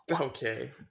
okay